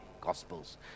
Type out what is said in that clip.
Gospels